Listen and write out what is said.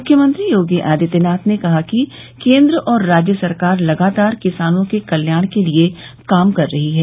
मुख्यमंत्री योगी आदित्यनाथ ने कहा कि केंद्र और राज्य सरकार लगातार किसानों के कल्याण के लिए काम कर रही हैं